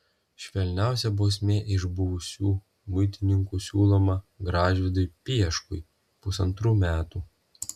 švelniausia bausmė iš buvusių muitininkų siūloma gražvydui pieškui pusantrų metų